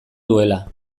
duela